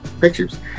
pictures